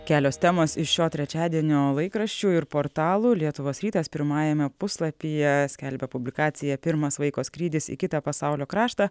kelios temos iš šio trečiadienio laikraščių ir portalų lietuvos rytas pirmajame puslapyje skelbia publikaciją pirmas vaiko skrydis į kitą pasaulio kraštą